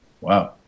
Wow